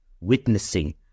witnessing